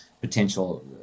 potential